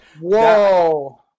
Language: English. whoa